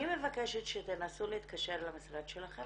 אני מבקשת שתנסו להתקשר למשרד שלכן